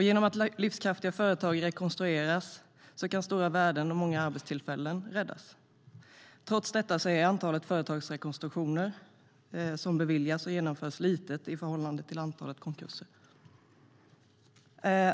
Genom att livskraftiga företag rekonstrueras kan stora värden och många arbetstillfällen räddas. Trots detta är antalet företagsrekonstruktioner som beviljas och genomförs litet i förhållande till antalet konkurser.